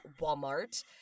Walmart